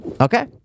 Okay